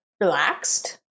relaxed